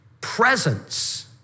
presence